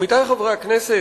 עמיתי חברי הכנסת,